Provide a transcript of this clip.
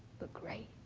but great.